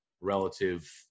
relative